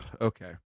Okay